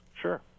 Sure